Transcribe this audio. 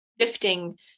shifting